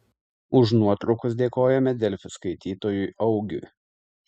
už nuotraukas dėkojame delfi skaitytojui augiui